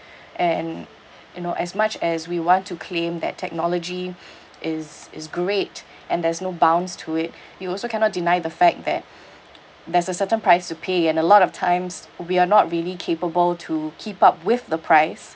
and you know as much as we want to claim that technology is is great and there's no bounds to it you also cannot deny the fact that there's a certain price to pay and a lot of times we're not really capable to keep up with the price